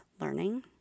learning